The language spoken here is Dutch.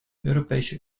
europese